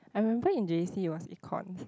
I remember in j_c was Econs